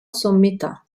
sommità